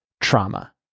trauma